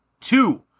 Two